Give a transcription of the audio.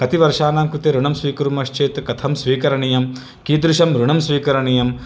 कतिवर्षाणां कृते ऋणं स्वीकुर्मश्चेत् कथं स्वीकरणीयं कीदृशं ऋणं स्वीकरणीयं